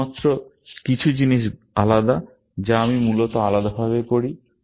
শুধুমাত্র কিছু জিনিস আলাদা যা আমি মূলত আলাদাভাবে করি